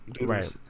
Right